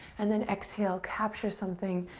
and then exhale, capture something,